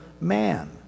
Man